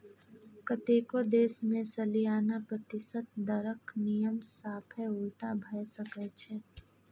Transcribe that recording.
कतेको देश मे सलियाना प्रतिशत दरक नियम साफे उलटा भए सकै छै